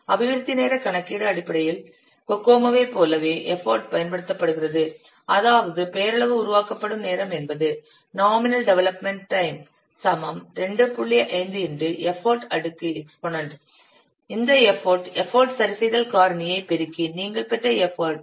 அபிவிருத்தி நேரக் கணக்கீடு அடிப்படை கோகோமோவைப் போலவே எஃபர்ட் பயன்படுத்தப்படுகிறது அதாவது பெயரளவு உருவாக்கப்படும் நேரம் என்பது இந்த எஃபர்ட் எஃபர்ட் சரிசெய்தல் காரணியைப் பெருக்கி நீங்கள் பெற்ற எஃபர்ட்